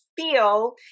feel